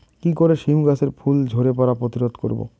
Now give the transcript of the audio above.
কি করে সীম গাছের ফুল ঝরে পড়া প্রতিরোধ করব?